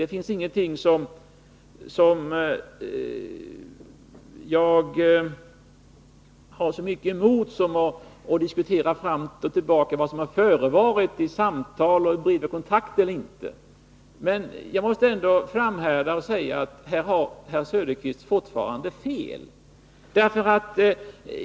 Det finns ingenting som jag har så mycket emot som att fram och tillbaka diskutera vad som förevarit i samtal och om det blivit några kontakter eller inte. Jag måste ändå framhärda och säga att herr Söderqvist har fortfarande fel.